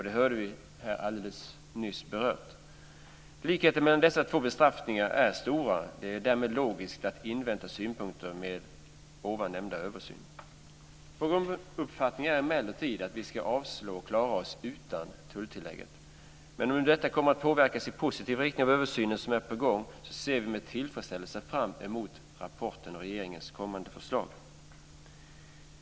Det hörde vi beröras alldeles nyss. Likheten mellan dessa två bestraffningar är stora. Det är därmed logiskt att invänta synpunkter från nämnda översyn. Vår grunduppfattning är emellertid att vi ska avslå och klara oss utan tulltillägget. Men om nu detta kommer att påverkas i en positiv riktning av översynen, som är på gång, ser vi med tillfredsställelse fram emot rapporten och regeringens kommande förslag.